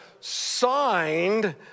signed